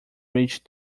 reached